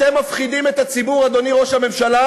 אתם מפחידים את הציבור, אדוני ראש הממשלה,